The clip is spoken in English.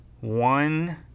one